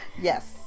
Yes